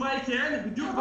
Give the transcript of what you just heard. התשובה היא כן, בדיוק כמו